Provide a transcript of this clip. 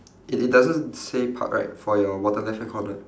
it it doesn't say park right for your bottom left hand corner